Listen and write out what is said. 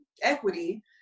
equity